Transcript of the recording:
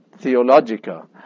Theologica